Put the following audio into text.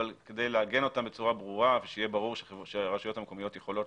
אבל כדי לעגן אותם בצורה ברורה ושיהיה ברור שהרשויות המקומיות יכולות